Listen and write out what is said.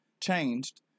changed